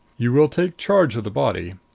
you will take charge of the body.